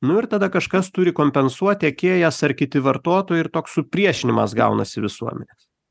nu ir tada kažkas turi kompensuot tiekėjas ar kiti vartotojai ir toks supriešinimas gaunasi visuomenės